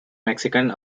mexican